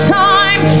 time